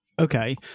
Okay